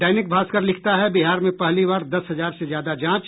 दैनिक भास्कर लिखता है बिहार में पहली बार दस हजार से ज्यादा जांच